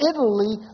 Italy